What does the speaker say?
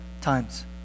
times